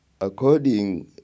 according